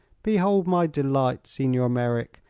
behold my delight, signor merreek,